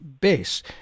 base